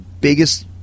biggest